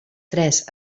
tres